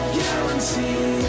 guarantee